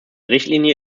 richtlinie